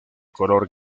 color